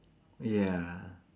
ya